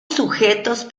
sujetos